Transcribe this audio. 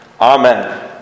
Amen